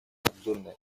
обзорной